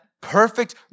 Perfect